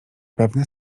pewne